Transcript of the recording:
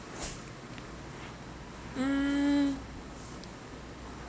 mm